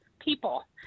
people